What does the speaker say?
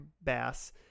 Bass